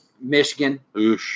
Michigan